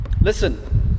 Listen